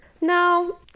No